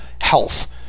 health